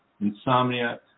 insomnia